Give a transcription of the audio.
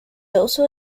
also